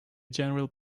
general